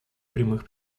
прямых